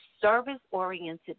service-oriented